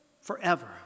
forever